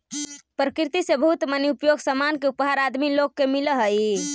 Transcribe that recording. प्रकृति से बहुत मनी उपयोगी सामान के उपहार आदमी लोग के मिलऽ हई